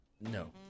no